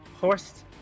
horse